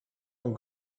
and